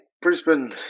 Brisbane